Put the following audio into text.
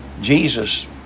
Jesus